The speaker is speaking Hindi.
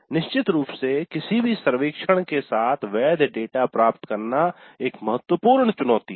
निश्चित रूप से किसी भी सर्वेक्षण के साथ वैध डेटा प्राप्त करना एक महत्वपूर्ण चुनौती है